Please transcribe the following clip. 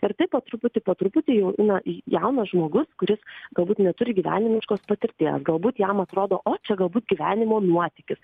ir tai po truputį po truputį na jaunas žmogus kuris galbūt neturi gyvenimiškos patirties galbūt jam atrodo o čia galbūt gyvenimo nuotykis